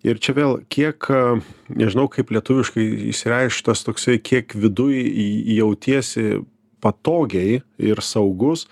ir čia vėl kiek nežinau kaip lietuviškai išsireikšt tas toksai kiek viduj jautiesi patogiai ir saugus